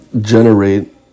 generate